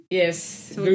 yes